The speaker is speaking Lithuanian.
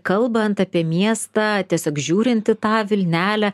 kalbant apie miestą tiesiog žiūrint į tą vilnelę